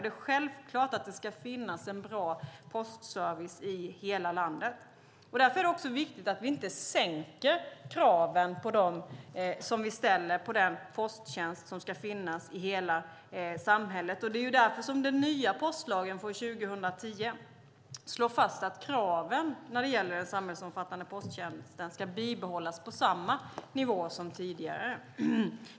Det är självklart att det ska finnas en bra postservice i hela landet. Därför är det viktigt att vi inte sänker kraven vi ställer på den posttjänst som ska finnas i hela samhället. Den nya postlagen från 2010 slår fast att kraven på den samhällsomfattande posttjänsten ska bibehållas på samma nivå som tidigare.